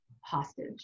hostage